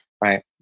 right